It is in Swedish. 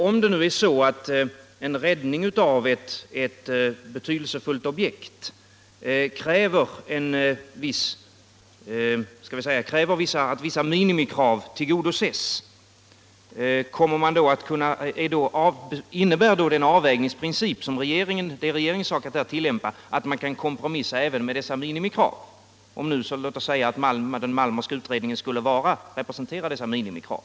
Om räddningen av eu betydelsefullt objekt fordrar att vissa minimikrav tillgodoses, innebär då den avvägningsprincip som det är regeringens sak att tillimpa att man kompromissar även med minimikraven? Låt oss säga att den Malmerska utredningen skulle representera dessa minimikrav.